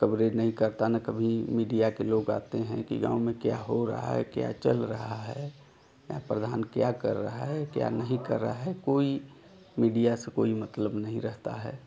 coverage नहीं करता न कभी मीडिया के लोग आते हैं कि गाँव में क्या हो रहा है क्या चल रहा है या प्रधान क्या कर रहा है क्या नहीं कर रहा है कोई मीडिया से कोई मतलब नहीं रहता है